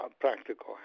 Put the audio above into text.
Practical